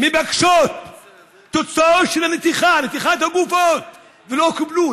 מבקשות תוצאות של נתיחת הגופות ולא קיבלו,